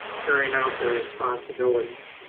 carrying out their responsibilities.